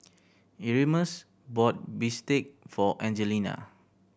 bought bistake for Angelina